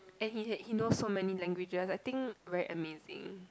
and he has he knows so many languages I think very amazing